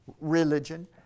religion